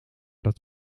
dat